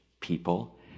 people